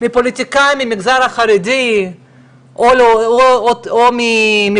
מפוליטיקאים מהמגזר החרדי או ממפלגות